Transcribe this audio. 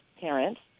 parents